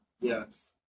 Yes